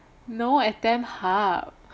no at tamp hub